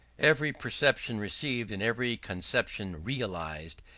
every perception received, and every conception realized,